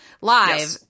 live